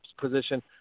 position